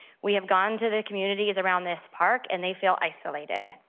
we have gone to the communities around this park and they feel isolated.